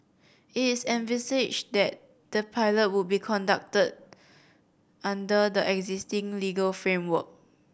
it is envisaged that the pilot will be conducted under the existing legal framework